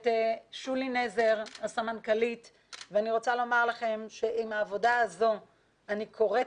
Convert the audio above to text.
את הסמנכ"לית שולי נזר ואני רוצה לומר לכם שעם העבודה הזו אני קוראת